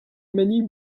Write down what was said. many